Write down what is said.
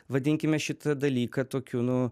vadinkime šitą dalyką tokiu nuo